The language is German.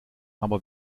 aber